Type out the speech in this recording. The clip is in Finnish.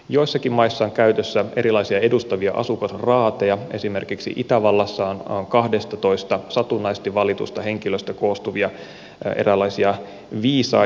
joissakin maissa on käytössä erilaisia edustavia asukasraateja esimerkiksi itävallassa on kahdestatoista satunnaisesti valitusta henkilöstä koostuvia eräänlaisia viisain neuvostoja